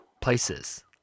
places